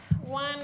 one